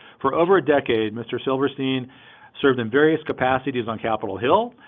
for over a decade, mr. silverstein served in various capacities on capitol hill,